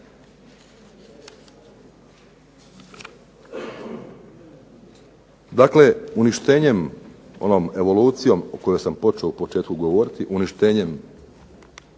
Dakle, uništenjem onom evolucijom o kojoj sam počeo u početku govoriti uništenjem,